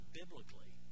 biblically